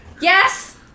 Yes